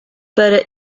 para